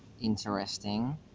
interesting